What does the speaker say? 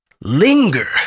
linger